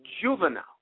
juvenile